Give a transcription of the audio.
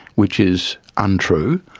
which is untrue,